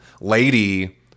lady